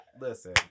Listen